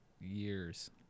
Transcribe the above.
years